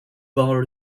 bar